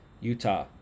Utah